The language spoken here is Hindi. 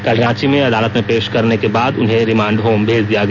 कल रांची में अदालत में पेश करने के बाद उसे रिमांड होम भेज दिया गया